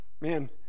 Man